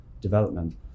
Development